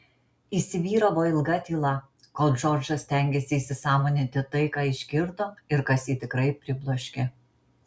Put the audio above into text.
įsivyravo ilga tyla kol džordžas stengėsi įsisąmoninti tai ką išgirdo ir kas jį tikrai pribloškė